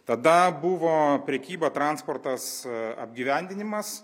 tada buvo prekyba transportas apgyvendinimas